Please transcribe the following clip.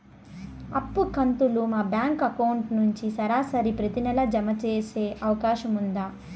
అప్పు కంతులు మా బ్యాంకు అకౌంట్ నుంచి సరాసరి ప్రతి నెల జామ సేసే అవకాశం ఉందా?